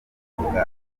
kubivuga